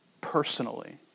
personally